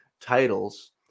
titles